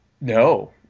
No